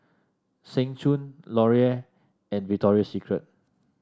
Seng Choon Laurier and Victoria Secret